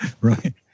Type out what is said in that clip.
Right